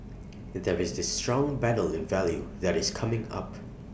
there is this strong battle in value that is coming up